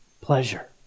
pleasure